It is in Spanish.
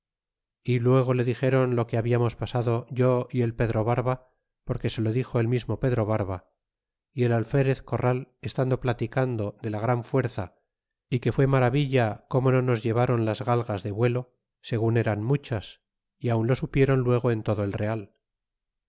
y luego le dixiron lo que habiamos pasado yo y el pedro barba porque se lo dixo el mismo pedro barba y el alferez corral estando platicando de la gran fuerza é que fué maravilla como no nos lleváron las galgas de vuelo segun eran muchas y aun lo supieron luego en todo el real